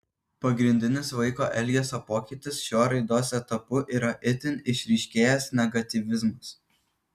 pagrindinis vaiko elgesio pokytis šiuo raidos etapu yra itin išryškėjęs negatyvizmas